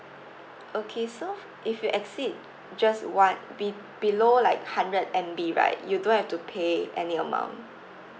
okay so f~ if you exceed just one be~ below like hundred M_B right you don't have to pay any amount